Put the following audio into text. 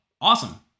Awesome